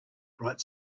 bright